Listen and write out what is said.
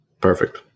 Perfect